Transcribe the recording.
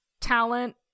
talent